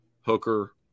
Hooker